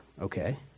Okay